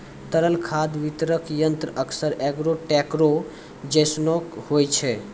तरल खाद वितरक यंत्र अक्सर एगो टेंकरो जैसनो होय छै